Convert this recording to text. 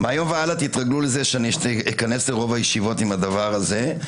מהיום והלאה תתרגלו לזה שאני איכנס לרוב הישיבות עם הדבר הזה.